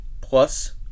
plus